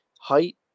height